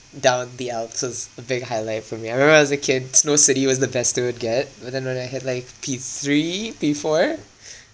down the alps was a big highlight for me I remember when I was a kid snow city was the best we would get but then when I hit like P three P four